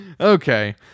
Okay